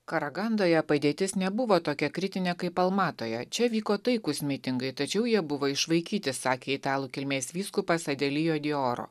karagandoje padėtis nebuvo tokia kritinė kaip almatoje čia vyko taikūs mitingai tačiau jie buvo išvaikyti sakė italų kilmės vyskupas adelio dell oro